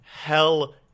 Hell